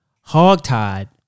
hog-tied